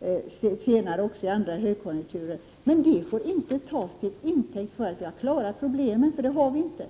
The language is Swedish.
det senare i andra högkonjunkturer. Men vi får inte ta det till intäkt för att vi har klarat problemen. Det har vi inte.